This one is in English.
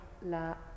la